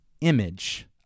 image